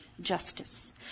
justice